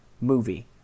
movie